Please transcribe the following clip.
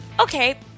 Okay